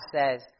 says